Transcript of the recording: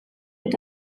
dut